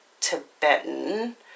Tibetan